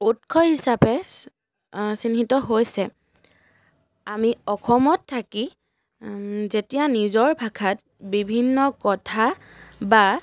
উৎস হিচাপে চিহ্নিত হৈছে আমি অসমত থাকি যেতিয়া নিজৰ ভাষাত বিভিন্ন কথা বা